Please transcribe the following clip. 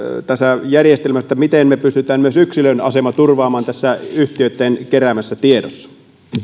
tässä järjestelmässä miten me pystymme myös yksilön aseman turvaamaan tässä yhtiöitten keräämässä tiedossa